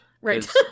right